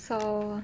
so